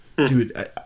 Dude